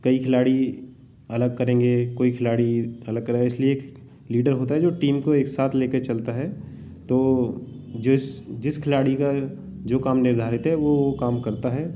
कई खिलाड़ी अलग करेंगे कोई खिलाड़ी अलग करेगा इसलिए लीडर होता है जो टीम को एक साथ ले कर चलता है तो जिस जिस खिलाड़ी का जो काम निर्धारित है वह वह काम करता है